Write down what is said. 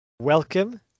Welcome